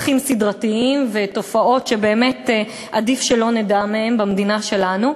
רוצחים סדרתיים ותופעות שבאמת עדיף שלא נדע מהן במדינה שלנו.